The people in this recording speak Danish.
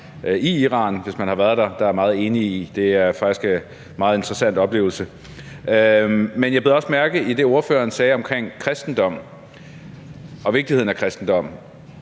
man, hvis man har været der, og det er faktisk en meget interessant oplevelse. Men jeg bed også mærke i det, ordføreren sagde omkring kristendom og vigtigheden af kristendommen.